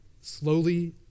slowly